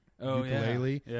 ukulele